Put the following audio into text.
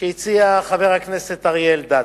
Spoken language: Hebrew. שהציע חבר הכנסת אריה אלדד.